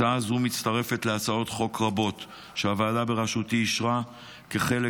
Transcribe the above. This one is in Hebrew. הצעה זו מצטרפת להצעות חוק רבות שהוועדה בראשותי אישרה כחלק